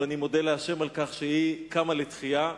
ואני מודה להשם על כך שהיא קמה לתחייה,